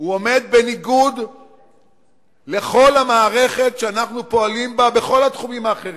הוא עומד בניגוד לכל המערכת שאנחנו פועלים בה בכל התחומים האחרים.